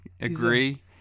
agree